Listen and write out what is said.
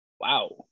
Wow